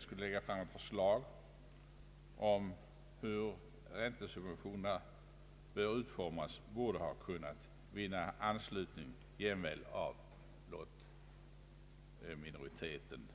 skulle framlägga förslag om hur räntesubventionerna bör utformas borde ha kunnat vinna anslutning jämväl av lottminoriteten.